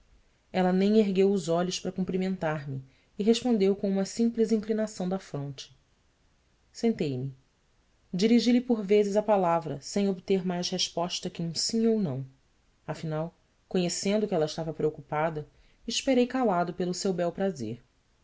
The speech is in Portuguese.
ela nem ergueu os olhos para cumprimentar-me e respondeu com uma simples inclinação da fronte sentei-me dirigi lhe por vezes a palavra sem obter mais resposta que um sim ou não afinal conhecendo que ela estava preocupada esperei calado pelo seu